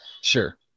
sure